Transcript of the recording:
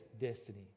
destiny